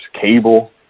Cable